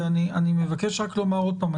אני מבקש רק לומר עוד פעם,